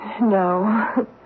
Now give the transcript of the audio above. No